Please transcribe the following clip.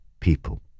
people